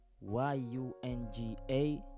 y-u-n-g-a